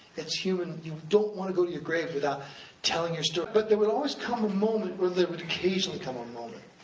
it's human, you don't want to go to your grave without telling your story. but there would always come a moment, or there would occasionally come a moment,